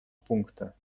пункта